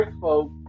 folk